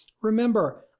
Remember